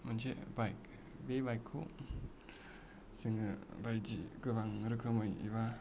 मोनसे बाइक बे बाइकखौ जोङो बायदि गोबां रोखोमै एबा